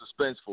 suspenseful